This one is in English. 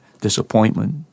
disappointment